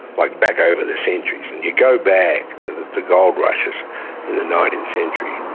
like back over the centuries, and you go back to the the gold rushes in the nineteenth century,